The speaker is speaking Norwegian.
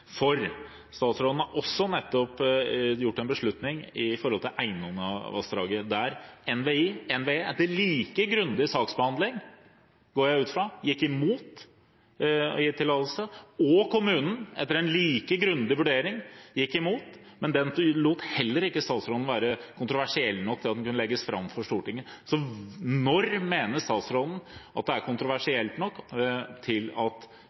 Stortinget? Statsråden har nettopp også tatt en beslutning når det gjelder Einunnavassdraget, der NVE, etter like grundig saksbehandling – går jeg ut ifra – gikk imot å gi tillatelse og kommunen, etter en like grundig vurdering, gikk imot. Men denne saken syntes heller ikke statsråden var kontroversiell nok til at den kunne legges fram for Stortinget. Når mener statsråden at denne typen saker er kontroversielle nok til at